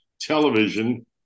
television